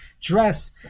dress